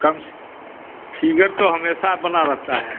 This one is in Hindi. कम फिक्र तो हमेशा बना रहता है